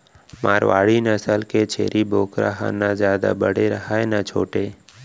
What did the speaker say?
मारवाड़ी नसल के छेरी बोकरा ह न जादा बड़े रहय न छोटे